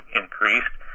increased